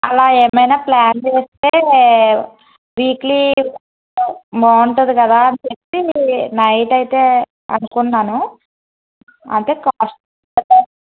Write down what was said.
అలా ఏమైనా ప్లాన్ చేస్తే వీక్లీ బాగుంటుంది కదా అని చెప్పి నైట్ అయితే అనుకున్నాను అంటే కాస్ట్